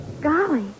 Golly